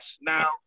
Now